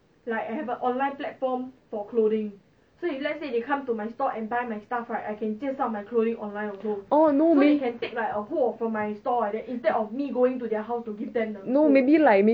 orh no maybe no maybe like maybe